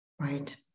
right